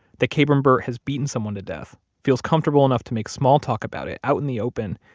that kabrahm burt has beaten someone to death, feels comfortable enough to make small talk about it out in the open,